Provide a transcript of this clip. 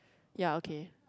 ya okay